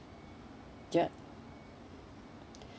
ya